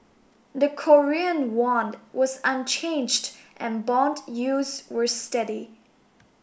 the Korean won was unchanged and bond yields were steady